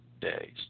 days